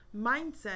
mindset